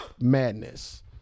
madness